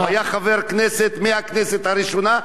הוא היה חבר כנסת מהכנסת הראשונה.